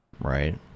Right